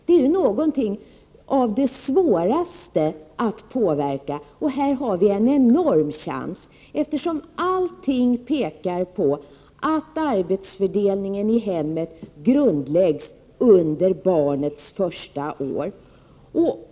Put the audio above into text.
Det är någonting av det svåraste att påverka, och här har vi en enorm möjlighet, eftersom allting pekar på att arbetsfördelningen i hemmet grundläggs under barnets första år.